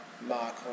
mark